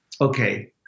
okay